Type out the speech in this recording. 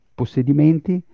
possedimenti